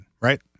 Right